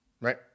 right